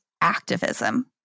activism